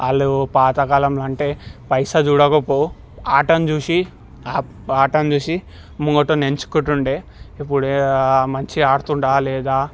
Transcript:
వాళ్ళు పాతకాలం అంటే పైసా చూడకపో ఆటను చూసి ఆటను చూసి మొటోడిని ఎంచుకుంటుండే ఇప్పుడే మంచిగా ఆడుతుండా లేదా